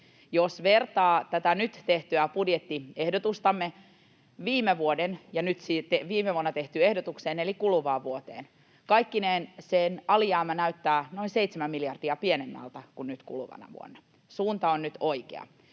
Jos vertaa tätä nyt tehtyä budjettiehdotustamme viime vuonna tehtyyn ehdotukseen, eli kuluvaan vuoteen, kaikkineen sen alijäämä näyttää noin 7 miljardia pienemmältä kuin nyt kuluvana vuonna. Suunta on nyt oikea.